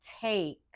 take